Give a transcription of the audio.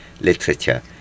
literature